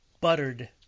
Buttered